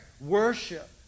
worship